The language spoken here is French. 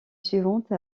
suivante